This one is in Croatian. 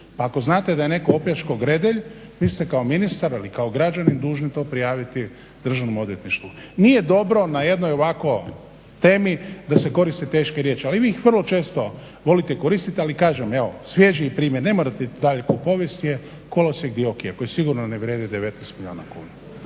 Pa ako znate da je netko opljačkao Gredelj vi ste kao ministar ili kao građanin dužni to prijaviti Državno odvjetništvu. Nije dobro na jednoj ovako temi da se koriste teške riječi ali vi ih vrlo često volite koristiti ali kažem evo svježiji primjer ne morate dalje po povijesti je kolosijek Dioki-a koji sigurno ne vrijede 19 milijuna kuna.